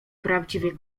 prawdziwy